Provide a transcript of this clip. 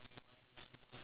which one now you